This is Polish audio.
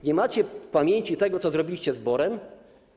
Nie macie w pamięci tego, co zrobiliście z BOR-em?